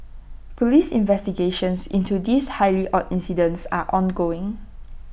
Police investigations into this highly odd incidents are ongoing